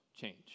change